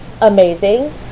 amazing